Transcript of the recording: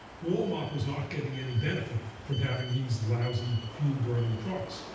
walmart was not getting any benefit from having these lousy fuel-burning trucks.